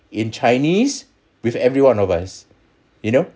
in chinese with everyone of us you know